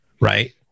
Right